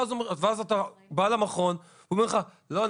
ואז אתה בא ובעל המכון אומר לך: לא,